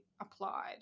applied